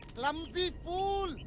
clumsy fool!